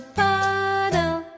puddle